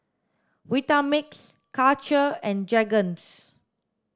Vitamix Karcher and Jergens